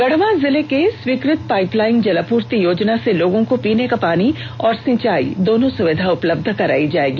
गढ़वा जिले के स्वीकृत पाइप लाइन जलापूर्ति योजना से लोगों को पीने का पानी और सिंचाई दोनों सुविधा उपलब्ध करायी जाएगी